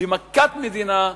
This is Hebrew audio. במכת מדינה,